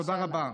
תודה רבה.